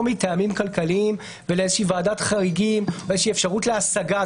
מטעמים כלכליים ולאיזושהי ועדת חריגים או איזושהי אפשרות להשגה.